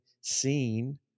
seen